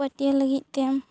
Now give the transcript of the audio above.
ᱯᱟᱹᱴᱤᱭᱟᱹ ᱞᱟᱹᱜᱤᱫ ᱛᱮ